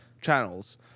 channels